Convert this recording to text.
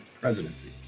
presidency